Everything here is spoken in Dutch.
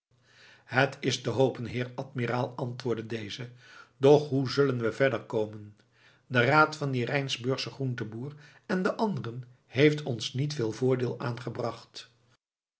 het is te hopen heer admiraal antwoordde deze doch hoe zullen we verder komen de raad van dien rijnsburgschen groentenboer en de anderen heeft ons niet veel voordeel aangebracht